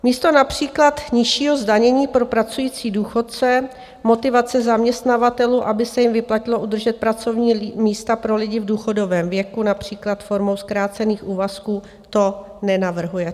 Místo například nižšího zdanění pro pracující důchodce, motivace zaměstnavatelů, aby se jim vyplatilo udržet pracovní místa pro lidi v důchodovém věku, například formou zkrácených úvazků, to nenavrhujete.